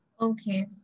okay